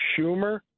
Schumer